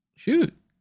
Shoot